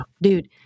Dude